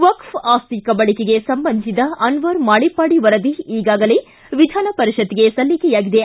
ವಕ್ಕೆ ಆಸ್ತಿ ಕಬಳಿಕೆಗೆ ಸಂಬಂಧಿಸಿದ ಅನ್ನರ್ ಮಾಣಿಪ್ಪಾಡಿ ವರದಿ ಈಗಾಗಲೇ ವಿಧಾನಪರಿಷತ್ಗೆ ಸಲ್ಲಿಕೆಯಾಗಿದೆ